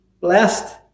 blessed